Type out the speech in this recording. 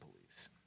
police